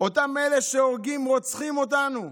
אותם אלה שהורגים, רוצחים אותנו,